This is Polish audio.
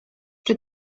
czy